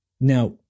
Now